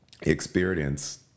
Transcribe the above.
experience